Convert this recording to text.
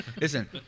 Listen